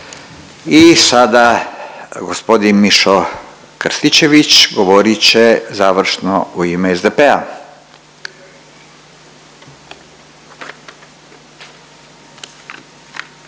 I sada g. Mišo Krstičević govorit će završno u ime SDP-a.